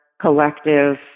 collective